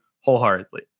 wholeheartedly